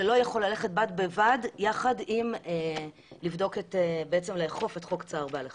שלא יכול ללכת בד בבד עם אכיפת חוק צער בעלי חיים.